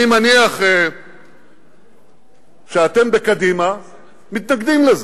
אני מניח שאתם בקדימה מתנגדים לזה.